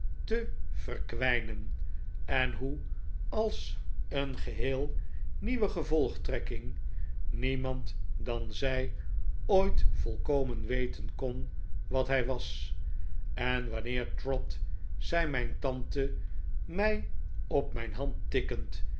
te verkwijnen en hoe als een geheel nieuwe gevolgtrekking niemand dan zij ooit volkomen weten kon wat hij was en wanneer trot zei mijn tante mij op mijn hand tikkend